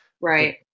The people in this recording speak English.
right